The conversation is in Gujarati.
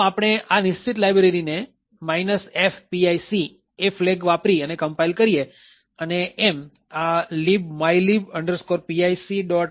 તો આપણે આ નિશ્ચિત લાયબ્રેરી ને fpic ફ્લેગ વાપરી કમ્પાઈલ કરીએ અને એમ આ libmylib pic